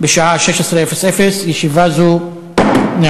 בשעה 16:00. ישיבה זו נעולה.